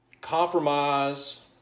compromise